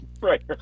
right